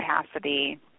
capacity